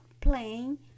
playing